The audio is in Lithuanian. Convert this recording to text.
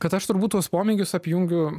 kad aš turbūt tuos pomėgius apjungiu